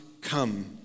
come